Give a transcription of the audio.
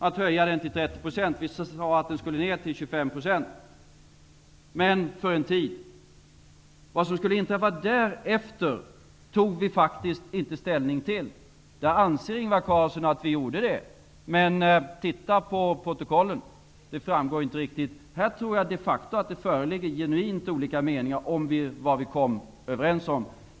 Vi sade att den skulle ner till 25 %, men det fick vara så för en tid. Vad som skulle inträffa därefter tog vi faktiskt inte ställning till. Det anser Ingvar Carlsson att vi gjorde, men titta i protokollen. Det framgår inte riktigt. Här tror jag de facto att det föreligger genuint olika meningarna om vad vi kom överens om.